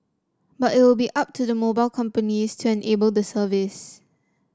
but it will be up to the mobile companies to enable the service